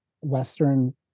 Western